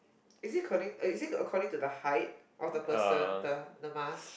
is it according uh is it according to the height of the person the the mask